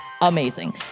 Amazing